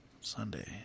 Sunday